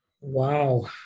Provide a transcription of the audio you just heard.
Wow